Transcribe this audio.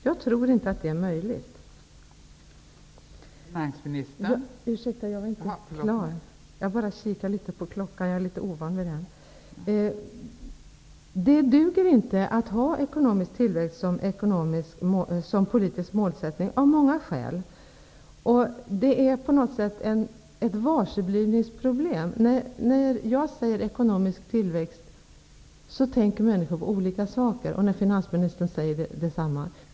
Jag tror inte att det är möjligt. Det duger inte att ha ekonomisk tillväxt som politisk målsättning, och det av många skäl. På något sätt är det fråga om ett varseblivningsproblem. När jag talar om ekonomisk tillväxt tänker människor på olika saker. På samma sätt förhåller det sig när finansministern säger det.